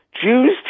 Jews